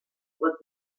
was